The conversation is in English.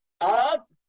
up